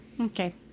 Okay